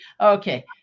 Okay